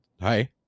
hi